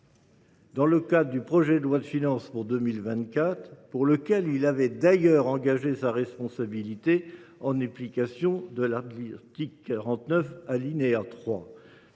dans le projet de loi de finances pour 2024, pour lequel il avait engagé sa responsabilité en application de l’article 49, alinéa 3